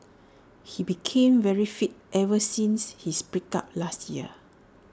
he became very fit ever since his break up last year